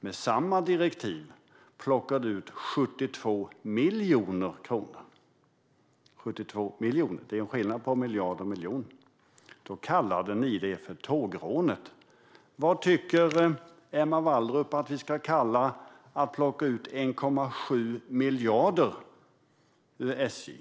med samma direktiv, ut 72 miljoner kronor. Det är skillnad på miljard och miljon. Då kallade ni det för tågrånet. Om 72 miljoner var ett tågrån, vad tycker du att vi ska kalla det när man plockar ut 1,7 miljarder ur SJ?